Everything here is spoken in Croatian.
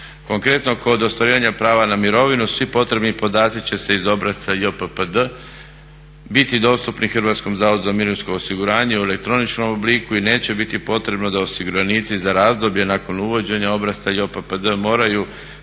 Konkretno, kod ostvarivanja prava na mirovinu svi potrebni podaci će se iz obrasca JPPD biti dostupni Hrvatskom zavodu za mirovinsko osiguranje u elektroničkom obliku i neće biti potrebno da osiguranici za razdoblje nakon uvođenje obrasca JPPD-a moraju